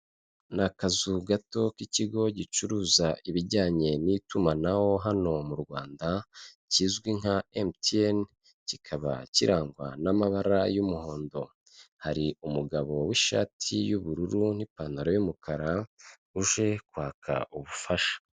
Ni akazu gato k'ikigo gicuruza ibijyanye n'itumanaho hano mu Rwanda kizwi nka MTN; kikaba kirangwa n'amabara y'umuhondo. Hari umugabo w'ishati y'ubururu n'ipantaro y'umukara uje kwaka ubufasha.